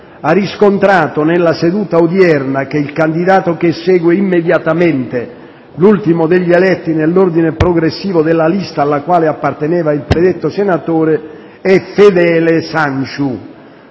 ha riscontrato nella seduta odierna che il candidato che segue immediatamente l'ultimo degli eletti nell'ordine progressivo della lista alla quale apparteneva il predetto senatore è Fedele Sanciu.